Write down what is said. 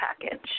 package